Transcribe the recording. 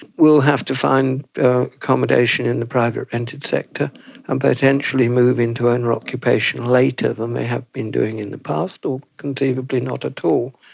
will have to find accommodation in the private rented sector and potentially move into owner occupation later than they have been doing in the past, or conceivably not at all.